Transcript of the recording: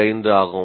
25 ஆகும்